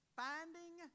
finding